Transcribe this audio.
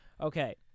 Okay